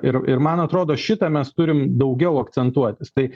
ir ir man atrodo šitą mes turim daugiau akcentuotis tai